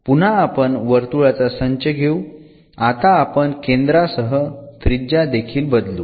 पुन्हा आपण वर्तुळाचा संच घेऊ आता आपण केंद्रासह त्रिज्या देखील बदलू